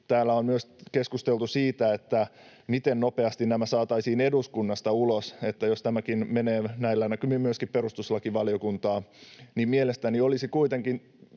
Täällä on myös keskusteltu siitä, miten nopeasti nämä saataisiin eduskunnasta ulos, jos tämäkin menee näillä näkymin myöskin perustuslakivaliokuntaan, ja mielestäni olisi kuitenkin